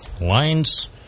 Lines